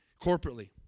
corporately